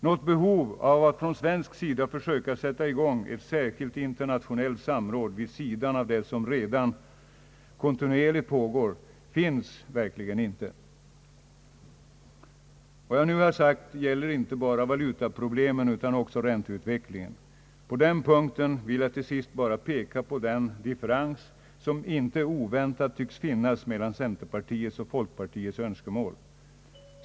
Något behov av att från svensk sida försöka sätta i gång ett särskilt internationellt samråd vid sidan av det som redan kontinuerligt pågår finns verkligen inte. Vad jag nu har sagt gäller inte bara valutaproblemen utan också ränteutvecklingen. Där vill jag endast peka på den differens som inte oväntat tycks finnas mellan centerpartiets och folkpartiets önskemål.